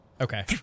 Okay